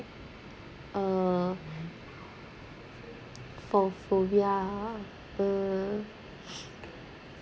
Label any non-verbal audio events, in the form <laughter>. uh for phobia ah uh <noise>